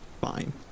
...fine